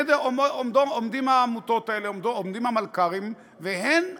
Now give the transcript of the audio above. עומדות העמותות האלה, עומדים המלכ"רים, והם מנסים,